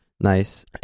Nice